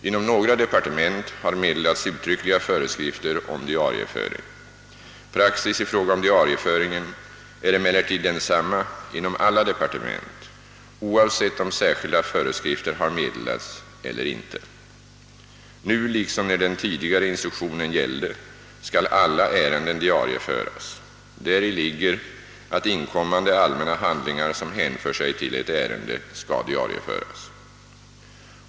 Inom några departement har meddelats uttryckliga föreskrifter om diarieföring. Praxis i fråga om diarieföringen är emellertid densamma inom alla departement, oavsett om särskilda föreskrifter har meddelats eller inte. Nu liksom när den tidigare instruktionen gällde skall alla ärenden diarieföras. Däri ligger att inkommande allmänna handlingar som hänför sig till ett ärende skall diarieföras.